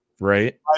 Right